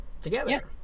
together